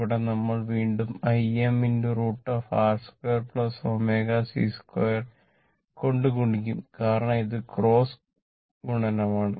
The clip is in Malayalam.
ഇവിടെ നമ്മൾ വീണ്ടും Im √ കൊണ്ട് ഗുണിക്കും കാരണം ഇത് ക്രോസ് ഗുണനമാണ്